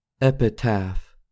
Epitaph